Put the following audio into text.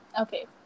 Okay